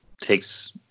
takes